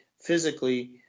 physically